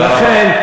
ולכן,